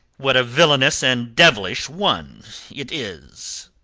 what a villainous and devilish one it is.